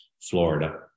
Florida